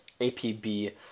APB